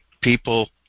people